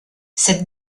cette